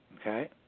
Okay